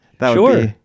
Sure